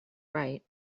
right